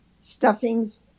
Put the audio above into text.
stuffings